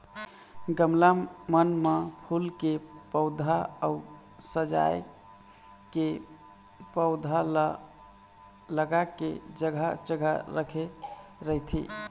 गमला मन म फूल के पउधा अउ सजाय के पउधा ल लगा के जघा जघा राखे रहिथे